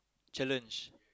challenge